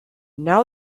now